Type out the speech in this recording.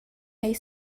rei